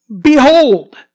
Behold